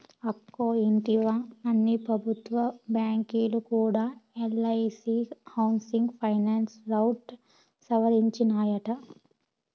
అక్కో ఇంటివా, అన్ని పెబుత్వ బాంకీలు కూడా ఎల్ఐసీ హౌసింగ్ ఫైనాన్స్ రౌట్ సవరించినాయట